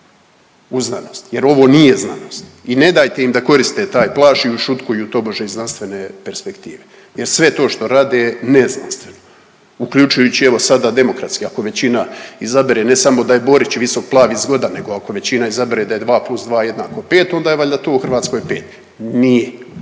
u znanost jer ovo nije znanost i ne dajte im da koriste taj plašt i ušutkuju tobože i znanstvene perspektive jer sve to što rade je ne znanstveno uključujući evo sada demokratski, ako većina izabere ne samo da je Borić visok, plav i zgodan nego ako većina izabere da je 2+2 jednako 5 onda je valjda to u Hrvatskoj 5. Nije,